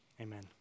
Amen